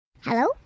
Hello